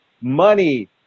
money